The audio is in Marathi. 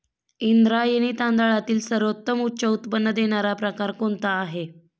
इंद्रायणी तांदळातील सर्वोत्तम उच्च उत्पन्न देणारा प्रकार कोणता आहे?